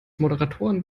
moderatoren